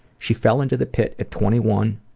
she fell into the pit at twenty one,